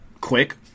quick